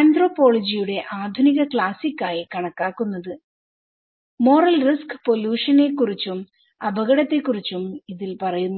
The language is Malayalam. ആന്ത്രോപോളജിയുടെ ആധുനിക ക്ലാസിക്ആയി കണക്കാക്കുന്നത്മോറൽ റിസ്ക് പൊല്ല്യൂഷനെ കുറിച്ചും അപകടത്തെക്കുറിച്ചും ഇതിൽ പറയുന്നു